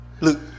Look